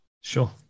Sure